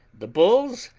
the bulls,